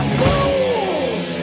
fools